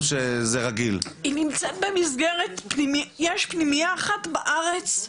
יש פנימייה אחת בארץ,